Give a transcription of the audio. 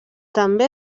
també